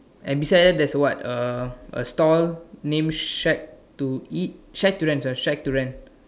and beside there there's what a a stall name shack to eat shack to rent sorry shack to rent